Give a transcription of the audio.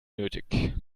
nötig